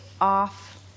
off